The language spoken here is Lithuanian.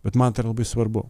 bet man tai yra labai svarbu